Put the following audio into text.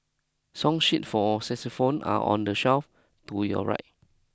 song sheet for xylophone are on the shelf to your right